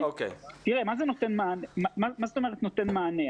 מה זאת אומרת נותן מענה?